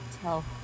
tell